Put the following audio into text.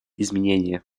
изменение